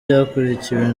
byakurikiwe